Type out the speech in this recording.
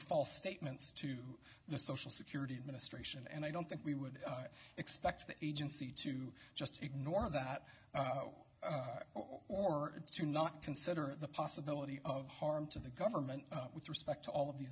false statements to the social security administration and i don't think we would expect the agency to just ignore that or to not consider the possibility of harm to the government with respect to all of the